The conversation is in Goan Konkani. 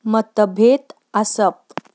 मतभेद आसप